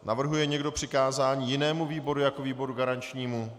Navrhuje někdo přikázání jinému výboru jako výboru garančnímu?